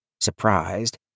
surprised